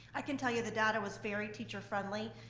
i can tell you the data was very teacher friendly,